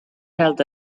held